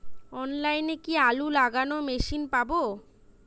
অনলাইনে কি আলু লাগানো মেশিন পাব?